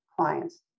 clients